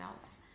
else